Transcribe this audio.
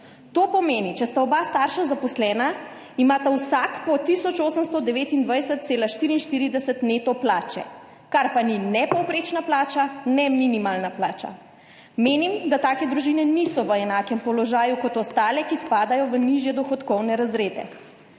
To pomeni, če sta oba starša zaposlena, imata vsak po tisoč 829,44 evra neto plače, kar pa ni ne povprečna plača, ne minimalna plača. Menim, da take družine niso v enakem položaju kot ostale, ki spadajo v nižje dohodkovne razrede.